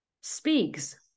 speaks